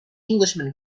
englishman